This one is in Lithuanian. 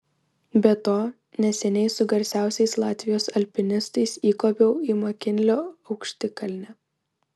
be to neseniai su garsiausiais latvijos alpinistais įkopiau į makinlio aukštikalnę